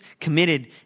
committed